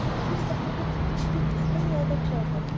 she is not permitted to speak with any other children,